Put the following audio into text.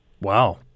Wow